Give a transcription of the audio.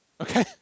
Okay